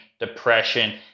Depression